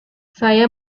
saya